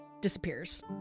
disappears